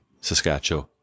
Saskatchewan